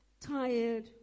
tired